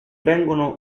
vengono